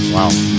Wow